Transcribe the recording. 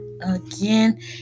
again